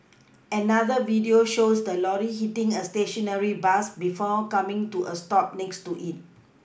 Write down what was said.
another video shows the lorry hitting a stationary bus before coming to a stop next to it